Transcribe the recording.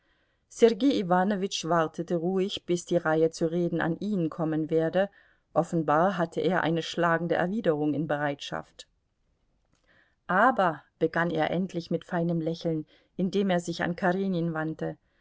sergei iwanowitsch wartete ruhig bis die reihe zu reden an ihn kommen werde offenbar hatte er eine schlagende erwiderung in bereitschaft aber begann er endlich mit feinem lächeln indem er sich an karenin wandte